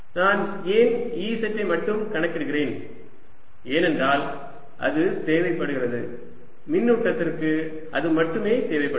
நான் ஏன் Ez ஐ மட்டும் கணக்கிடுகிறேன் ஏனென்றால் அது தேவைப்படுகிறது மின்னூட்டத்திற்கு அது மட்டுமே தேவைப்படுகிறது